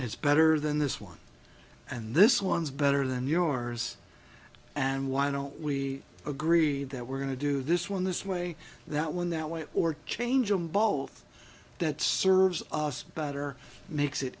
as better than this one and this one's better than yours and why don't we agree that we're going to do this one this way that one that way or change them both that serves us better makes it